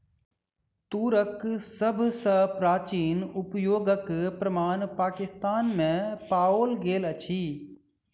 तूरक सभ सॅ प्राचीन उपयोगक प्रमाण पाकिस्तान में पाओल गेल अछि